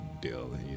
deal